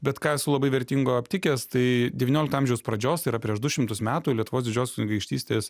bet ką esu labai vertingo aptikęs tai devyniolikto amžiaus pradžios tai yra prieš du šimtus metų lietuvos didžiosios kunigaikštystės